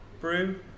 brew